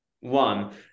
one